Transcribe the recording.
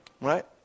Right